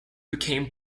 became